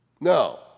No